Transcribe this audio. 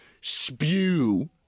spew